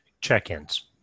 check-ins